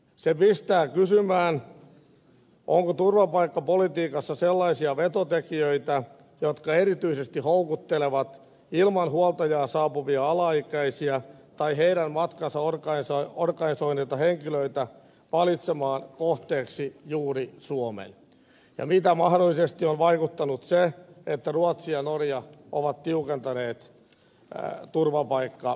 se pistää kysymään onko turvapaikkapolitiikassa sellaisia vetotekijöitä jotka erityisesti houkuttelevat ilman huoltajaa saapuvia alaikäisiä tai heidän matkansa organisoineita henkilöitä valitsemaan kohteeksi juuri suomen ja mitä mahdollisesti on vaikuttanut se että ruotsi ja norja ovat tiukentaneet turvapaikkapolitiikkaansa